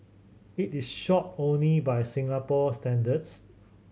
it is short only by Singapore standards